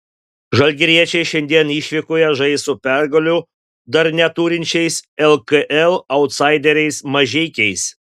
žalgiriečiai šiandien išvykoje žais su pergalių dar neturinčiais lkl autsaideriais mažeikiais